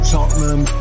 Tottenham